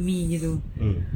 s~ mm